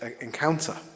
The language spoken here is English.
encounter